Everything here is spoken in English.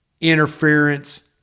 interference